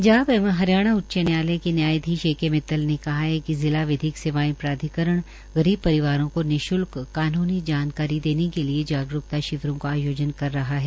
पंजाब एवं हरियाणा उच्च न्यायालय के न्यायधीश ए के मित्तल ने कहा है कि जिला विधिक सेवाएं प्राधिकरण गरीब परिवारों को निश्ल्क कानूनी जानकारी देने के लिए जागरूता शिविरों का आयोजन कर रहा है